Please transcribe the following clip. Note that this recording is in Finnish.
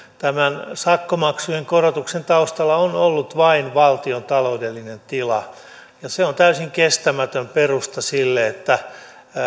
tämän sakkomaksujen korotuksen taustalla on ollut vain valtion taloudellinen tila se on täysin kestämätön perusta sille että